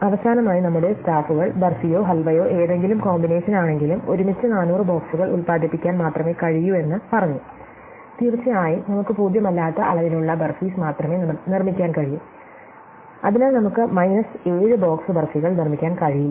അവസാനമായി നമ്മുടെ സ്റ്റാഫുകൾ ബാർഫിയോ ഹൽവയോ ഏതെങ്കിലും കോമ്പിനേഷനാണെങ്കിലും ഒരുമിച്ച് 400 ബോക്സുകൾ ഉൽപാദിപ്പിക്കാൻ മാത്രമേ കഴിയൂ എന്ന് പറഞ്ഞു തീർച്ചയായും നമുക്ക് പൂജ്യമല്ലാത്ത അളവിലുള്ള ബാർഫിസ് മാത്രമേ നിർമ്മിക്കാൻ കഴിയൂ അതിനാൽ നമുക്ക് മൈനസ് 7 ബോക്സ് ബാർഫികൾ നിർമ്മിക്കാൻ കഴിയില്ല